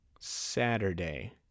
Saturday